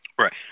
Right